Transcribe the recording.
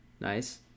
Nice